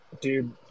Dude